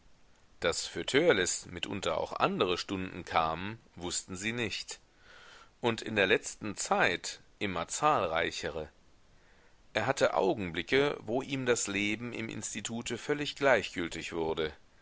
daß für törleß mitunter auch andere stunden kamen wußten sie nicht und in der letzten zeit immer zahlreichere er hatte augenblicke wo ihm das leben im institute völlig gleichgültig wurde